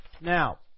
Now